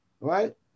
Right